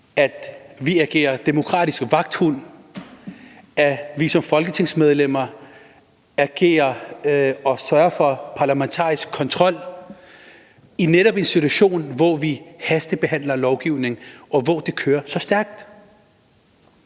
at vi agerer demokratisk vagthund – at vi som folketingsmedlemmer sørger for parlamentarisk kontrol netop i en situation, hvor vi hastebehandler lovgivning, og hvor det kører så stærkt.